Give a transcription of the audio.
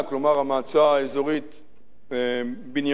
כלומר המועצה האזורית בנימין,